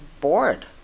bored